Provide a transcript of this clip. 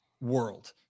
world